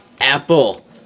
Apple